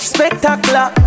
Spectacular